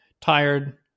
tired